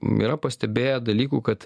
yra pastebėję dalykų kad